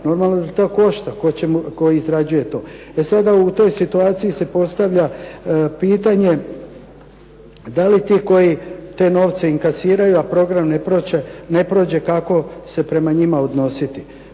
normalno da to košta, tko izrađuje to. E sada u toj situaciji se postavlja pitanje da li ti koji te novce inkasiraju, a program ne prođe, kako se prema njima odnositi.